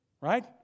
right